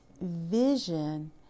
Vision